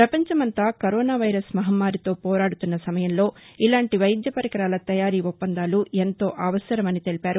ప్రపంచమంతా కరోనా మహమ్మారితో పోరాడుతున్నసమయంలో ఇలాంటీ వైద్యపరికరాల తయారీ ఒప్పందాలు ఎంతో అవసరమని తెలిపారు